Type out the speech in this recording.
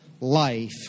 life